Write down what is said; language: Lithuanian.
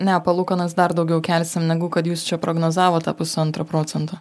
ne palūkanas dar daugiau kelsim negu kad jūs čia prognozavot tą pusantro procento